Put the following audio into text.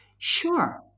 Sure